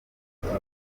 utazi